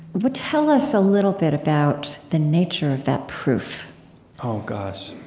but tell us a little bit about the nature of that proof oh, gosh.